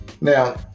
now